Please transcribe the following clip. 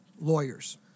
lawyers